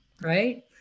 Right